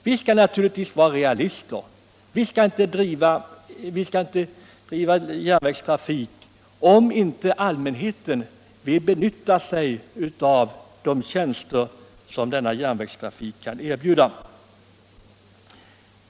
Vi skall naturligtvis vara realister, vi skall inte driva järnvägstrafiken om inte allmänheten vill begagna sig av de tjänster som denna järnvägstrafik kan erbjuda.